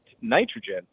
nitrogen